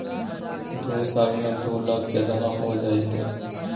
दू साल में दू लाख केतना हो जयते?